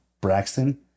Braxton